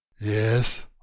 Yes